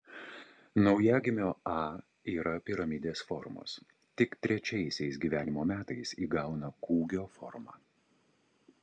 naujagimio a yra piramidės formos tik trečiaisiais gyvenimo metais įgauna kūgio formą